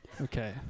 Okay